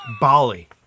Bali